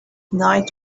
night